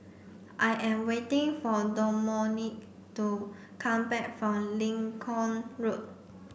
I am waiting for Domonique to come back from Lincoln Road